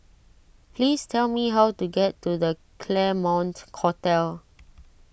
please tell me how to get to the Claremont Hotel